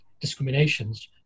discriminations